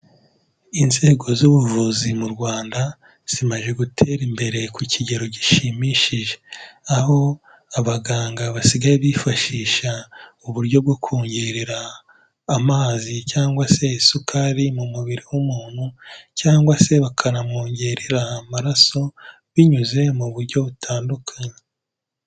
Inzego z'ubuvuzi mu Rwanda, zimaze gutera imbere ku kigero gishimishije, aho abaganga basigaye bifashisha uburyo bwo kongerera amazi cyangwa se isukari mu mubiri w'umuntu cyangwa se bakanamwongerera amaraso binyuze mu buryo butandukanye.